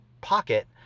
pocket